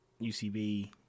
UCB